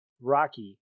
Rocky